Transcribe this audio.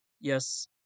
Yes